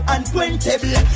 Unquenchable